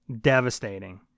Devastating